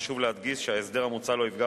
חשוב להדגיש שההסדר המוצע לא יפגע